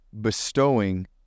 bestowing